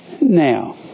Now